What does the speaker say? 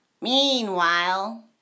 meanwhile